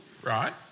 Right